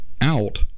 out